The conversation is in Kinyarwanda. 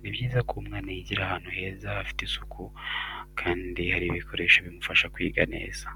Ni byiza ko umwana yigira ahantu heza hafite isuku kandi hari ibikoresho bimufasha kwiga neza.